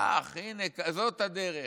הינה, כזאת הדרך.